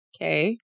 okay